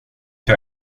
jag